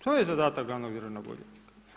To je zadatak glavnog državnog odvjetnika.